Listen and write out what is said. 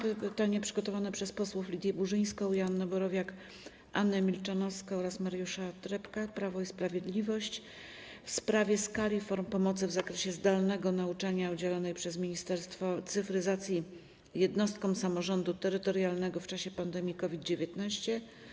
Pytanie przygotowane przez posłów Lidię Burzyńską, Joannę Borowiak, Annę Milczanowską oraz Mariusza Trepkę, Prawo i Sprawiedliwość, w sprawie skali i form pomocy w zakresie zdalnego nauczania udzielonej przez Ministerstwo Cyfryzacji jednostkom samorządu terytorialnego w czasie pandemii COVID-19.